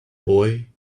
boy